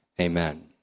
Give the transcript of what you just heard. Amen